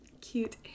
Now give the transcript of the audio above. cute